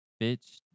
Bitch